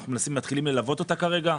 אנחנו מנסים, מתחילים ללוות אותה כרגע.